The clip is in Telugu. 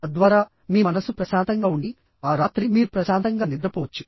తద్వారామీ మనస్సు ప్రశాంతంగా ఉండి ఆ రాత్రి మీరు ప్రశాంతంగా నిద్రపోవచ్చు